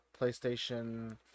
playstation